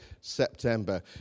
September